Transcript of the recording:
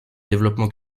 développement